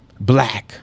black